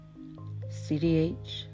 CDH